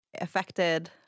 affected